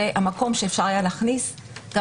זה המקום בו היה אפשר להכניס גם